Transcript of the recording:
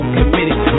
committed